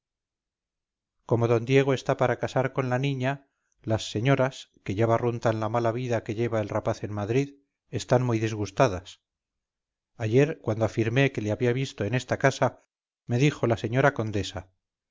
como d diego está para casar con la niña las señoras que ya barruntan la mala vida que lleva el rapaz en madrid están muy disgustadas ayer cuando afirmé que le había visto en esta casa me dijo la señora condesa